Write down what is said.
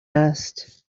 asked